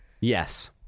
Yes